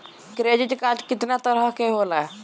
Credit card कितना तरह के होला?